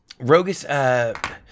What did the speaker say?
Rogus